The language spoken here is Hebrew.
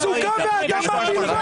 תפסיקו לצעוק.